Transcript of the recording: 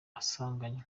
asanganywe